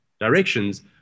directions